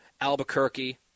Albuquerque